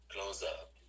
close-up